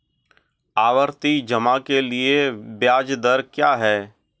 आवर्ती जमा के लिए ब्याज दर क्या है?